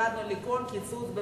התנגדנו לכל קיצוץ,